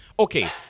Okay